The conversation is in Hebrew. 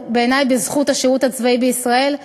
בעיני זכות השירות הצבאי בישראל,